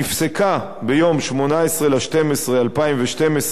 נפסקה ביום 18 בדצמבר 2012,